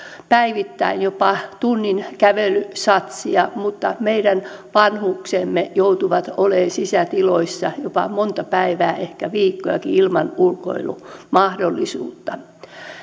päivittäin jopa tunnin kävelysatsia mutta meidän vanhuksemme joutuvat olemaan sisätiloissa jopa monta päivää ehkä viikkojakin ilman ulkoilumahdollisuutta